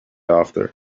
after